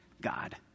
God